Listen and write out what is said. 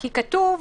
כתוב: